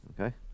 Okay